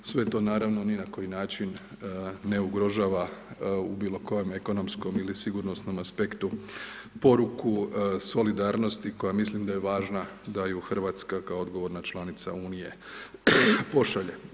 Sve to naravno ni na koji način ne ugrožava u bilo kojem ekonomskom ili sigurnosnom aspektu poruku solidarnosti koja mislim da je važna da ju Hrvatska kao odgovorna članica Unije pošalje.